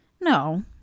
No